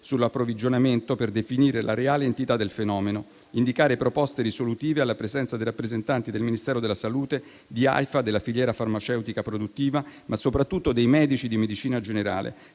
sull'approvvigionamento per definire la reale entità del fenomeno e indicare proposte risolutive, alla presenza dei rappresentanti del Ministero della salute, di Aifa, della filiera farmaceutica produttiva, ma soprattutto dei medici di medicina generale.